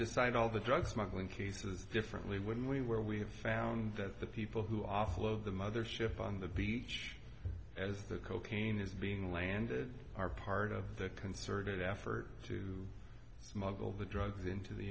decide all the drug smuggling cases differently when we where we have found that the people who offload the mother ship on the beach as the cocaine is being landed are part of the concerted effort to smuggle the drugs into the